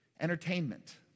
entertainment